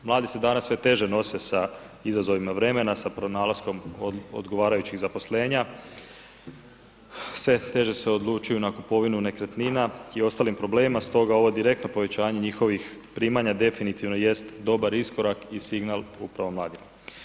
Mladi se danas sve teže nose sa izazovima vremena, sa pronalaskom odgovarajućih zaposlenja, sve teže se odlučuju na kupovinu nekretnina i ostalim problemima, stoga ovo direktno povećanje njihovih primanja definitivno jest dobar iskorak i signal upravo mladima.